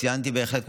ציינתי בהחלט,